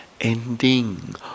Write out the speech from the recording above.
Ending